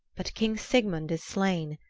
but king sigmund is slain,